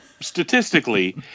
statistically